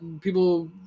people